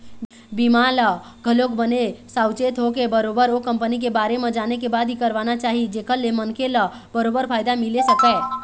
बीमा ल घलोक बने साउचेत होके बरोबर ओ कंपनी के बारे म जाने के बाद ही करवाना चाही जेखर ले मनखे ल बरोबर फायदा मिले सकय